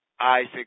Isaac